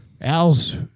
Al's